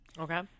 Okay